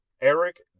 Eric